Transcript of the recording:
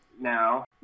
now